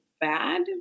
bad